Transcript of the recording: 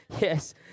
Yes